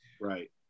Right